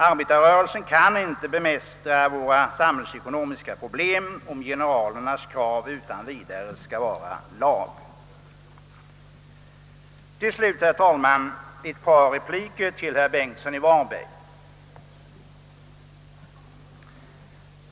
Arbetarrörelsen kan inte bemästra våra samhällsekonomiska problem, om generalernas krav utan vidare skall vara lag. Till slut, herr talman, ett par repliker till herr Bengtsson i Varberg.